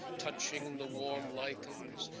touching the warm likens,